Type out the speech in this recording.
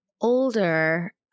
older